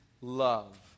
love